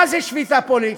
מה זאת שביתה פוליטית?